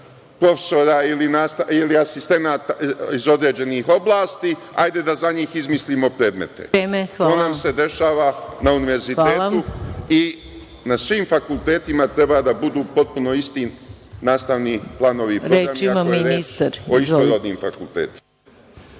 višak klošara iz određenih oblasti, hajde za njih da izmislimo predmete. To nam se dešava na univerzitetu i na svim fakultetima treba da budu potpuno isti nastavni planovi i programi ako je reč o istorodnim fakultetima.